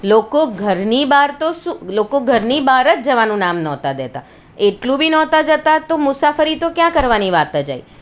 લોકો ઘરની બહાર તો શું લોકો ઘરની બહાર જ જવાનું નામ નહોતા દેતાં એટલું બી નહોતા જતાં તો મુસાફરી તો ક્યાં કરવાની વાત જ આવી